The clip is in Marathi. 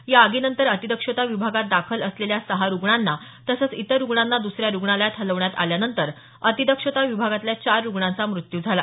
या आगीनंतर अतिदक्षता विभागात दाखल असलेल्या सहा रुग्णांना तसंच इतर रुग्णांना दुसऱ्या रुग्णालयात हलवण्यात आल्यानंतर अतिदक्षता विभागातल्या चार रुग्णांचा मृत्यू झाला